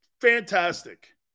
Fantastic